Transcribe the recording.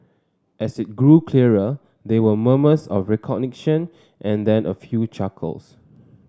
as it grew clearer there were murmurs of and then a few chuckles